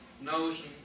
notion